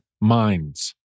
minds